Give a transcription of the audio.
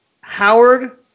Howard